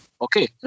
Okay